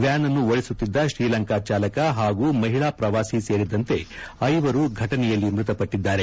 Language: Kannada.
ವ್ಯಾನ್ನನ್ನು ಓಡಿಸುತ್ತಿದ್ದ ಶ್ರೀಲಂಕಾ ಚಾಲಕ ಹಾಗೂ ಮಹಿಳಾ ಪ್ರವಾಸಿ ಸೇರಿದಂತೆ ಐವರು ಘಟನೆಯಲ್ಲಿ ಮ್ಬತಪಟ್ಟಿದ್ದಾರೆ